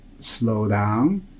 slowdown